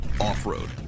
Off-road